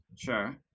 sure